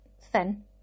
thin